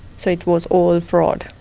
so it was all fraud.